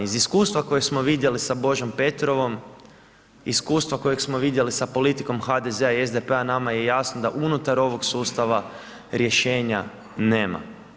Iz iskustva koje smo vidjeli sa Božom Petrovom, iskustava kojeg smo vidjeli sa politikom HDZ-a i SDP-a nema je jasno da unutar ovog sustava rješenja nema.